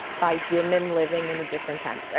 by women living in a different time yeah